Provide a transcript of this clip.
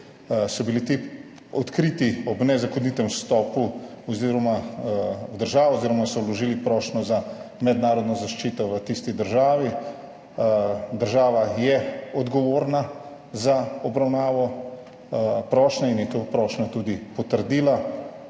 so bili ti odkriti ob nezakonitem vstopu v državo oziroma so vložili prošnjo za mednarodno zaščito v tisti državi. Država je odgovorna za obravnavo prošnje in je to prošnjo tudi potrdila.